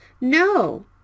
no